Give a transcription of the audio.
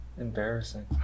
Embarrassing